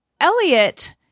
Elliot